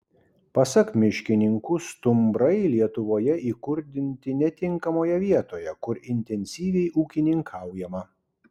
pasak miškininkų stumbrai lietuvoje įkurdinti netinkamoje vietoje kur intensyviai ūkininkaujama